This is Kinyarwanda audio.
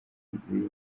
imbere